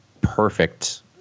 perfect